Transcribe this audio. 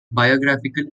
biographical